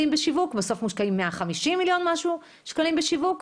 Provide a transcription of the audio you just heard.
בשיווק ובסוף מושקעים 150 מיליון שקלים בשיווק?